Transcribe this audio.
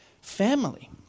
family